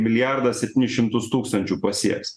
milijardą septynis šimtus tūkstančių pasieks